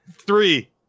Three